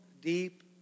deep